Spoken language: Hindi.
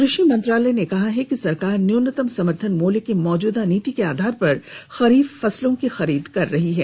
कृषि मंत्रालय ने कहा कि सरकार न्यूनतम समर्थन मूल्य की मौजूदा नीति के आधार पर खरीफ फसलों की खरीद कर रही है